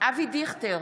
אבי דיכטר,